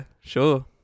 sure